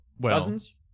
Dozens